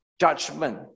judgment